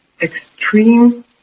extreme